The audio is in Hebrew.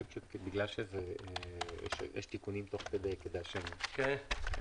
בגלל שיש תיקונים תוך כדי אולי כדאי לשמוע הערות כעת.